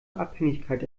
abhängigkeit